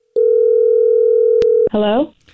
Hello